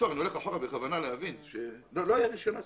אני בכוונה מדבר על העבר הרחוק כדי להבין שלא היה רישיון עסק.